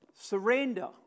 Surrender